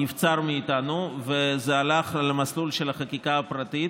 נבצר מאיתנו, וזה הלך למסלול של חקיקה פרטית,